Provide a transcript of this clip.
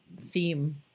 theme